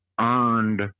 earned